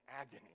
agony